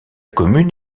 commune